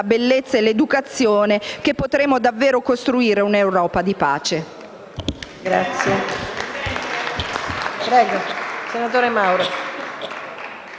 bellezza e l'educazione che potremo davvero costruire davvero un'Europa di pace.